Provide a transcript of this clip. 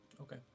Okay